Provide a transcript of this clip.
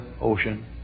ocean